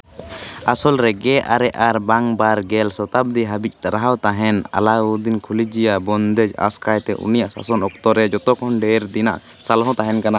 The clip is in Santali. ᱟᱥᱚᱞ ᱨᱮ ᱜᱮ ᱟᱨᱮ ᱟᱨᱵᱟᱝ ᱵᱟᱨ ᱜᱮᱞ ᱥᱚᱛᱟᱵᱫᱤ ᱦᱟᱹᱵᱤᱡ ᱴᱟᱨᱦᱟᱣ ᱛᱟᱦᱮᱱ ᱟᱞᱟᱣᱩᱫᱽᱫᱤᱱ ᱠᱷᱚᱞᱤᱡᱤᱭᱟᱜ ᱵᱚᱱᱫᱮᱡᱽ ᱟᱥᱚᱠᱟᱭᱛᱮ ᱩᱱᱤᱭᱟᱜ ᱥᱟᱥᱚᱱ ᱚᱠᱛᱚᱨᱮ ᱡᱚᱛᱚᱠᱷᱚᱱ ᱰᱷᱮᱨ ᱫᱤᱱᱟᱜ ᱥᱟᱞᱦᱟ ᱛᱟᱦᱮᱱ ᱠᱟᱱᱟ